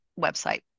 website